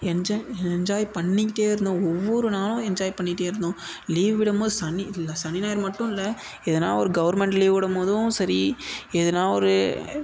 enjoy enjoy பண்ணிக்கிட்டே இருந்தோம் ஒவ்வொரு நாளும் என்ஜாய் பண்ணிட்டே இருந்தோம் லீவு விடும் போது சனி இல்லை சனி ஞாயிறு மட்டுமில்ல எதுனா ஒரு கவர்மெண்ட் லீவு விடும் போதும் சரி எதுனா ஒரு